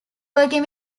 working